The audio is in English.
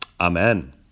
Amen